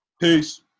Peace